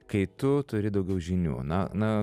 kai tu turi daugiau žinių na na